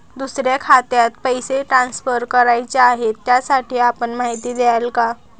दुसऱ्या खात्यात पैसे ट्रान्सफर करायचे आहेत, त्यासाठी आपण माहिती द्याल का?